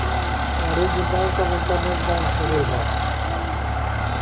वाणिज्य बैंक अब internet bank हो गयल हौ